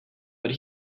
but